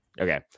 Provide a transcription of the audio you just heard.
Okay